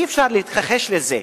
אי-אפשר להתכחש לזה.